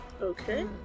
Okay